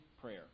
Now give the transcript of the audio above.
prayer